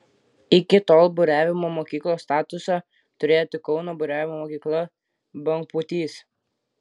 iki tol buriavimo mokyklos statusą turėjo tik kauno buriavimo mokykla bangpūtys